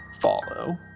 follow